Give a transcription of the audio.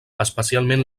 especialment